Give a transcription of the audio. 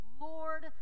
Lord